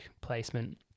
placement